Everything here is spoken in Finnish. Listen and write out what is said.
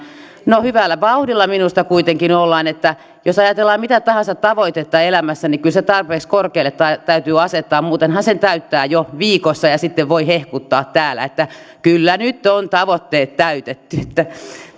no hyvässä vauhdissa minusta kuitenkin ollaan jos ajatellaan mitä tahansa tavoitetta elämässä niin kyllä se tarpeeksi korkealle täytyy asettaa muutenhan sen täyttää jo viikossa ja sitten voi hehkuttaa täällä että kyllä nyt on tavoitteet täytetty